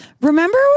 remember